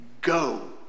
go